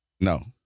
No